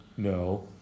No